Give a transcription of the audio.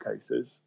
cases